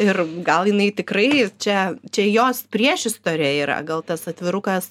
ir gal jinai tikrai čia čia jos priešistorė yra gal tas atvirukas